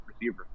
receiver